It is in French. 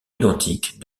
identique